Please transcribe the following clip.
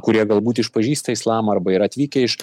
kurie galbūt išpažįsta islamą arba yra atvykę iš